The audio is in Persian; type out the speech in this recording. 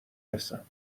رسم